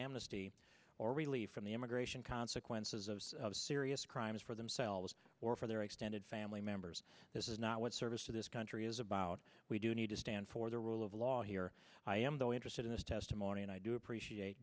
amnesty or relief from the immigration consequences of serious crimes for themselves or for their extended family members this is not what service to this country is about we do need to stand for the rule of law here i am though interested in this testimony and i do appreciate